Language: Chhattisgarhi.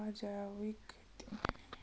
का जैविक खेती म फसल चक्र करे ल लगथे?